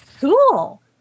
cool